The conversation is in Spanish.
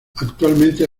actualmente